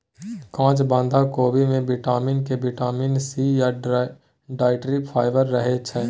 काँच बंधा कोबी मे बिटामिन के, बिटामिन सी या डाइट्री फाइबर रहय छै